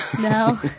no